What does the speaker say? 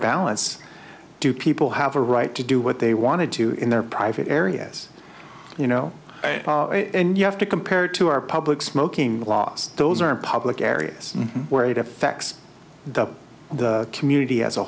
balance do people have a right to do what they wanted to in their private areas you know and you have to compared to our public smoking laws those are in public areas where it effects the community as a